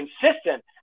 consistent